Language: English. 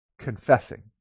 confessing